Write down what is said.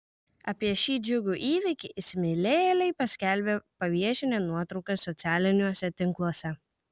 apie šį džiugų įvykį įsimylėjėliai paskelbė paviešinę nuotraukas socialiniuose tinkluose